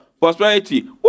Prosperity